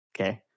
Okay